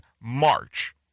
March